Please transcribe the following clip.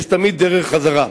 יש תמיד דרך חזרה,